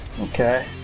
okay